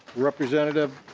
representative